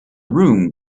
room